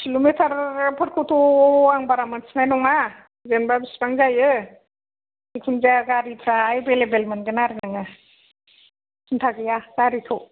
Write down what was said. किल'मिटारफोरखौथ' आं बारा मिन्थिनाय नङा जेनबा बिसिबां जायो जेखुनु जाया गारिफ्रा एबेलेबेल मोनगोन आरो नोङो सिन्था गैया गारिखौ